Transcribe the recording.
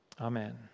Amen